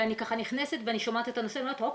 ואני נכנסת ואני שומעת את הנושא ואני אומרת אופס,